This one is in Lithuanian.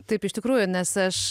taip iš tikrųjų nes aš